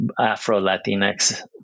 Afro-Latinx